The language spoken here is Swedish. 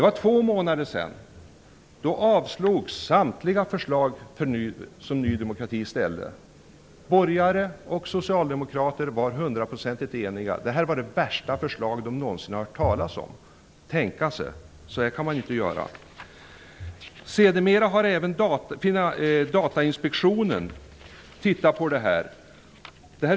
För två månader sedan avslogs Ny demokratis samtliga förslag. De borgerliga partierna och Socialdemokraterna var hundraprocentigt eniga. Ny demokratis förslag var det värsta förslag som de någon hade hört talas om. Tänka sig! Så kan man ju inte göra! Även Datainspektionen har tittat närmare på förslaget.